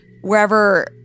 wherever